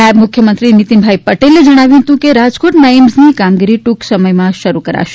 નાયબ મુખ્યમંત્રી નીતીન પટેલે જણાવ્યું હતું કે રાજકોટમાં એઇમ્સની કામગીરી ટ્રંક સમયમાં શરૂ કરાશે